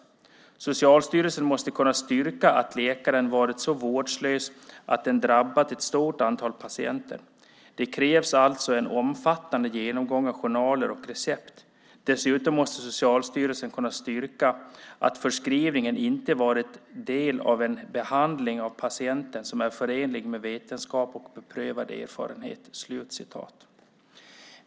Socialstyrelsen måste kunna styrka att läkaren varit så vårdslös att det drabbat ett stort antal patienter. Det krävs alltså en omfattande genomgång av journaler och recept. Dessutom måste Socialstyrelsen kunna styrka att förskrivningen inte varit del av en behandling av patienten som är förenlig med vetenskap och beprövad erfarenhet."